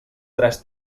tres